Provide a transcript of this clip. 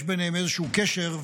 יש ביניהם איזשהו קשר,